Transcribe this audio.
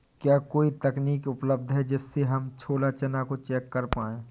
क्या कोई तकनीक उपलब्ध है जिससे हम छोला चना को चेक कर पाए?